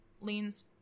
leans